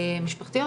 משפחתיות.